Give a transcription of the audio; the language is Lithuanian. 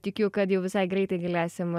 tikiu kad jau visai greitai galėsim